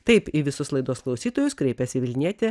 taip į visus laidos klausytojus kreipiasi vilnietė